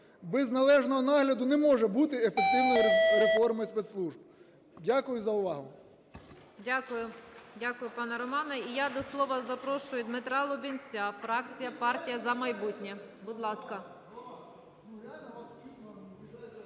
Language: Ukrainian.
Без належного нагляду не може бути ефективної реформи спецслужб. Дякую за увагу. ГОЛОВУЮЧИЙ. Дякую, пане Романе. І я до слова запрошую Дмитра Лубінця, фракція "Партія "За майбутнє", будь ласка.